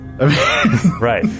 Right